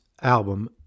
album